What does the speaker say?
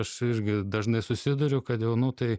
aš irgi dažnai susiduriu kad jau nu tai